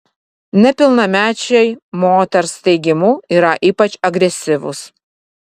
nepilnamečiai moters teigimu yra ypač agresyvūs